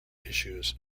issues